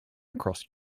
across